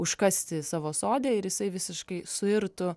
užkasti savo sode ir jisai visiškai suirtų